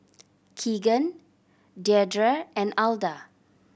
Keegan Deirdre and Alda